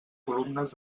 columnes